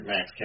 Max